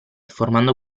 formando